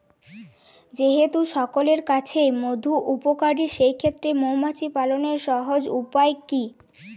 যেহেতু সকলের কাছেই মধু উপকারী সেই ক্ষেত্রে মৌমাছি পালনের সহজ উপায় কি?